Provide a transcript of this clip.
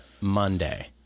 Monday